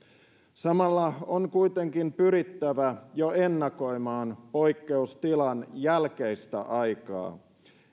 samalla on kuitenkin pyrittävä jo ennakoimaan poikkeustilan jälkeistä aikaa